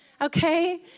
okay